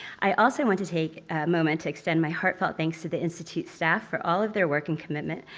i also want to take a moment to extend my heartfelt thanks to the institute staff for all of their work and commitment,